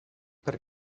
per